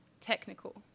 technical